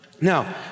Now